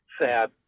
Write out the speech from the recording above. sad